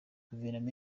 guverinoma